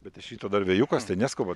bet iš šito dar vejukas tai neskubat